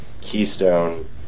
Keystone